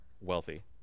wealthy